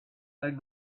that